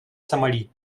сомали